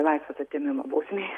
laisvės atėmimo bausmė